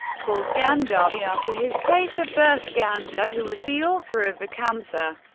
called ganjavi after his place of birth, ganja, who was the author of the khamseh,